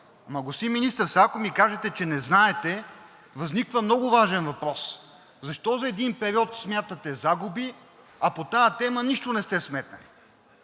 Ама, господин Министър, сега, ако ми кажете, че не знаете, възниква много важен въпрос: защо за един период смятате загуби, а по тази тема нищо не сте сметнали?